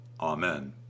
Amen